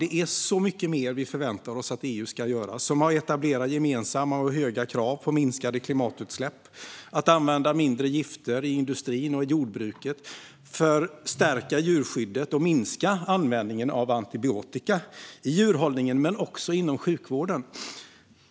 Det är mycket mer som vi förväntar oss att EU ska göra, som att etablera gemensamma och höga krav på minskade klimatutsläpp, använda mindre gifter i industrin och jordbruket, förstärka djurskyddet och minska användningen av antibiotika i djurhållningen men också inom sjukvården.